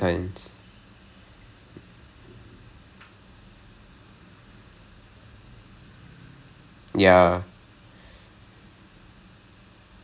then they ya they know they're doing computer science and they also know like what exists in I_T right so like every time I have like a same break I try to like